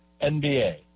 NBA